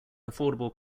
affordable